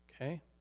okay